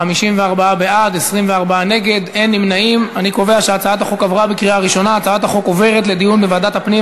אני מבקש מכולם לשבת.